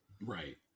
Right